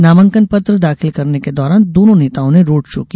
नामांकन पत्र दाखिल करने के दौरान दोनों नेताओं ने रोड़ शो किया